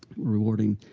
rewarding.